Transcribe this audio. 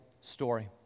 story